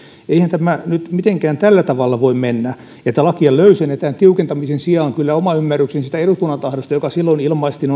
eihän tämä nyt mitenkään tällä tavalla voi mennä että lakia löysennetään tiukentamisen sijaan kyllä oma ymmärrykseni siitä eduskunnan tahdosta joka silloin ilmaistiin